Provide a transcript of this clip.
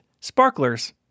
sparklers